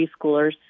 preschoolers